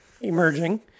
emerging